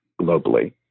globally